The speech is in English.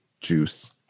juice